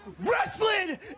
Wrestling